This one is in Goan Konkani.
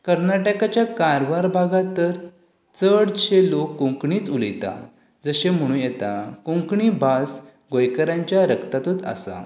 कर्नाटकाच्या कारवार भागांत तर चडशे लोक कोंकणीच उलयतात जशें म्हणू येता कोंकणी भास गोंयकारांच्या रगतातूंत आसा